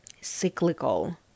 cyclical